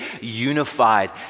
unified